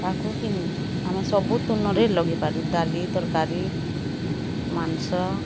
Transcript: ତାକୁ ଘିନି ଆମେ ସବୁ ତୁନରେ ଲଗେଇ ପାରୁ ଡାଲି ତରକାରୀ ମାଂସ